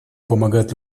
помогать